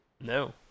no